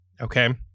okay